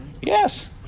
Yes